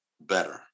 better